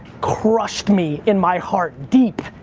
crushed me in my heart deep,